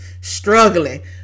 struggling